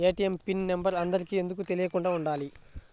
ATM pin number అందరికి ఎందుకు తెలియకుండా ఉండాలి?